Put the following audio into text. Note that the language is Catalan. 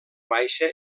baixa